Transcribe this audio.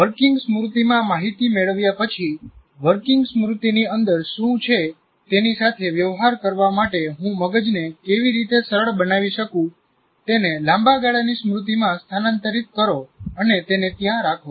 working સ્મૃતિ માં માહિતી મેળવ્યા પછી વર્કિંગ સ્મૃતિ ની અંદર શું છે તેની સાથે વ્યવહાર કરવા માટે હું મગજને કેવી રીતે સરળ બનાવી શકું તેને લાંબા ગાળાની સ્મૃતિમાં સ્થાનાંતરિત કરો અને તેને ત્યાં રાખો